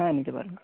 হ্যাঁ নিতে পারেন